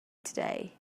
today